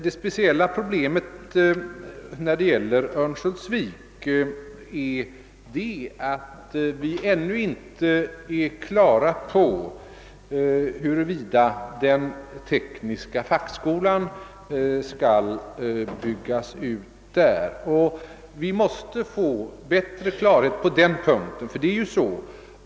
Det speciella problemet i Örnsköldsvik är att vi ännu inte har klart för oss huruvida den tekniska fackskolan skall byggas där. Vi måste få större klarhet på den punkten.